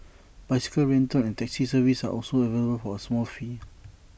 bicycle rental and taxi services are also available for A small fee